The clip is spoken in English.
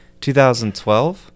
2012